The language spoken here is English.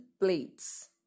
plates